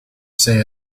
say